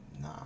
Nah